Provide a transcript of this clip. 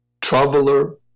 Traveler